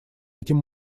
этим